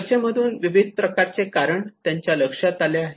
चर्चेमधून विविध प्रकारचे कारण त्यांच्या लक्षात आले आहे